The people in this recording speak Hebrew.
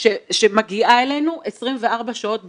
שמגיעה אלינו 24 שעות ביממה?